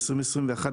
ב-2021,